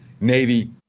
navy